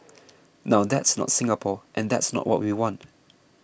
now that's not Singapore and that's not what we want